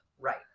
Right